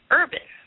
urban